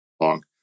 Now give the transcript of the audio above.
long